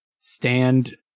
stand